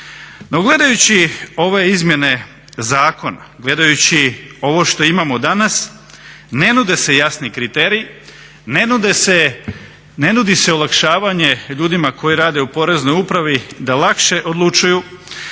gledajući ove izmjene zakona, gledajući ovo što imamo danas, ne nude se jasni kriteriji, ne nudi se olakšavanje ljudima koji rade u Poreznoj upravi da lakše odlučuju,